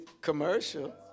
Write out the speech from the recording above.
commercial